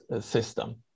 system